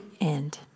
End